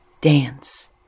Dance